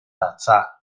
datza